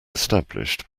established